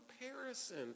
comparison